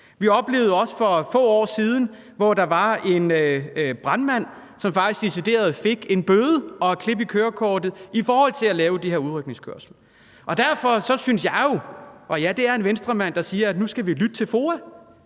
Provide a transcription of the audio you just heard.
Vi oplevede også for få år siden, at der var en brandmand, som faktisk decideret fik en bøde og et klip i kørekortet i forhold til at lave den her udrykningskørsel. Derfor synes jeg – og ja, det er en Venstremand, der siger det – at nu skal vi lytte til FOA,